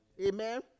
Amen